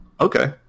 okay